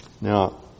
Now